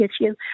issue